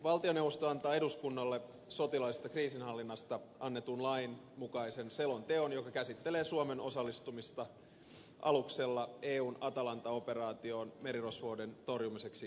valtioneuvosto antaa eduskunnalle sotilaallisesta kriisinhallinnasta annetun lain mukaisen selonteon joka käsittelee suomen osallistumista aluksella eun atalanta operaatioon merirosvouden torjumiseksi somalian rannikolla